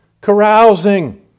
carousing